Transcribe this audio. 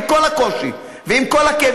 עם כל הקושי ועם כל הכאב,